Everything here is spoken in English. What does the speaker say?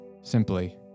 simply